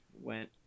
went